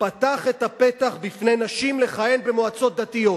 פתח את הפתח בפני נשים לכהן במועצות דתיות.